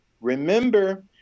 Remember